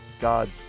God's